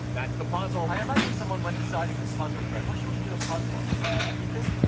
that's the puzzle. i imagine someone when deciding this puzzle was like what should we do a puzzle? ah everything